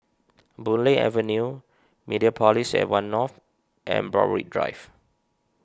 Boon Lay Avenue Mediapolis at one North and Borthwick Drive